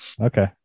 Okay